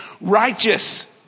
righteous